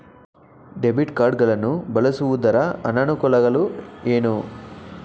Debit card ಗಳನ್ನು ಬಳಸುವುದರ ಅನಾನುಕೂಲಗಳು ಏನು?